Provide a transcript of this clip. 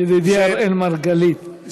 ידידי אראל מרגלית,